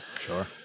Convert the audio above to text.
Sure